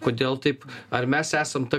kodėl taip ar mes esam ta